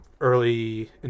early